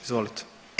Izvolite.